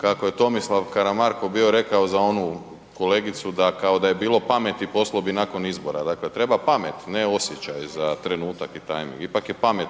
kako je Tomislav Karamarko bio rekao za onu kolegicu, da kao da je bilo pameti, poslao bi je nakon izbora, dakle, treba pamet, ne osjećaj za trenutak i tajming. Ipak je pamet